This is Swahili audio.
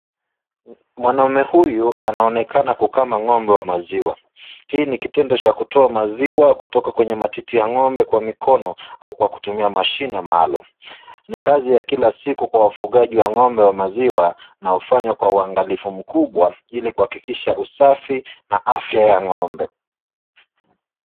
Mwanaume huyu anaonekana kukama ng'ombe wa maziwa. Hii ni kitendo cha kutoa maziwa kutoka kwenye matiti ya ng'ombe kwa mikono au kwa kutumia mashine maalum, ni kazi ya kila siku kwa wafugaji wa ng'ombe wa maziwa hufanywa kwa uangalifu mkubwa ili kuhakikisha usafi na afya wa ng'ombe.